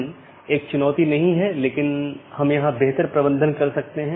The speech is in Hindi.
अब एक नया अपडेट है तो इसे एक नया रास्ता खोजना होगा और इसे दूसरों को विज्ञापित करना होगा